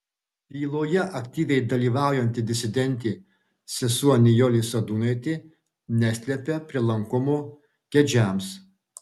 byloje aktyviai dalyvaujanti disidentė sesuo nijolė sadūnaitė neslepia prielankumo kedžiams